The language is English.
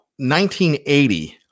1980